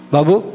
Babu